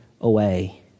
away